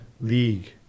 league